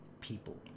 people